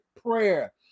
prayer